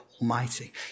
Almighty